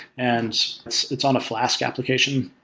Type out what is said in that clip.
and it's it's on a flask application.